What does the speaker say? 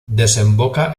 desemboca